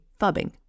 fubbing